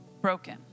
broken